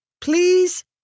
please